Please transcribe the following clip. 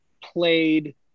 played